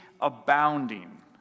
abounding